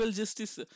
justice